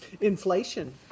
Inflation